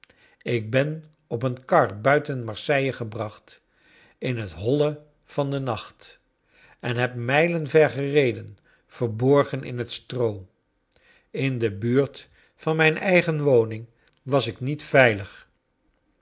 ik ben op een kar buiten marseille gebracht iii t holle van den nacht en heb mijlen ver gereden verborgen in het stroo in de buurt van mijn eigen woning was ik niet veilig